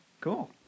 Cool